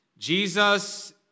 Jesus